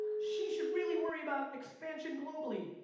she should really worry about expansion globally.